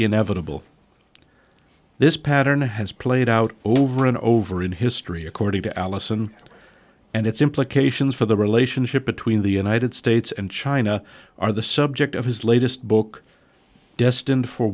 inevitable this pattern has played out over and over in history according to allison and its implications for the relationship between the united states and china are the subject of his latest book destined for